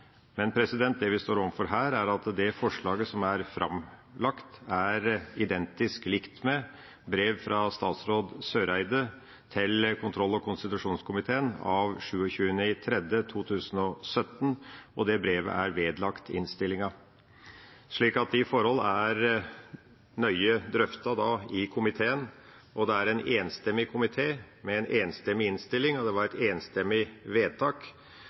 Men det vi står overfor her, er at forslaget som er lagt fram, er identisk likt et brev fra statsråd Eriksen Søreide til kontroll- og konstitusjonskomiteen av 27. mars 2017. Det brevet er vedlagt innstillinga. Så disse forholdene er nøye drøftet i komiteen. Det var en enstemmig komité, en enstemmig innstilling og et enstemmig vedtak.